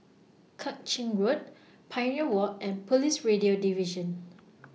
Kang Ching Road Pioneer Walk and Police Radio Division